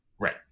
Right